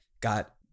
got